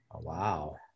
Wow